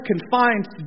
confined